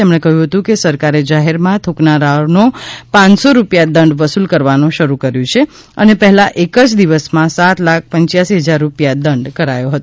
તેમણે ઉમેર્યુ હતું કે સરકારે જાહેરમાં થુકનારનો પાંચસો રૂપિયા દંડ વસુલ કરવાનું શરૂ કર્યુ છે અને પહેલા એક જ દિવસમાં સાત લાખ પંચ્યાસી હજાર રૂપિયા દંડ કરાયો હતો